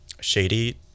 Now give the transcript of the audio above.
shady